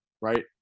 Right